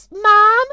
Mom